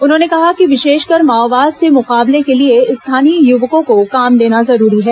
उन्होंने कहा कि विशेषकर माओवाद से मुकाबले के लिए स्थानीय युवकों को काम देना जरूरी है